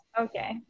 Okay